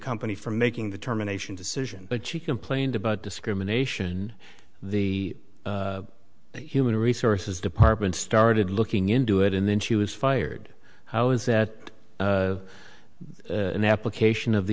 company from making the terminations decision but she complained about discrimination the human resources department started looking into it and then she was fired how is that an application of